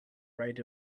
right